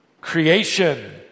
Creation